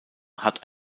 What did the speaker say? hat